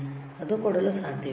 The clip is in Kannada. ಅದು ಕೊಡಲು ಸಾಧ್ಯವಿಲ್ಲ